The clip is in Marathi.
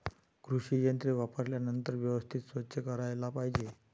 कृषी यंत्रे वापरल्यानंतर व्यवस्थित स्वच्छ करायला पाहिजे